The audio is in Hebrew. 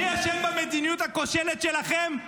מי אשם במדיניות הכושלת שלכם?